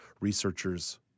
researchers